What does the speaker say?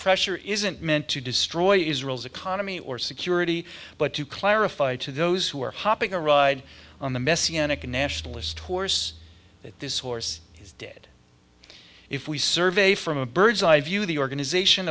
pressure isn't meant to destroy israel's economy or security but to clarify to those who are hopping a ride on the messianic nationalist horse that this horse is dead if we survey from a bird's eye view of the organization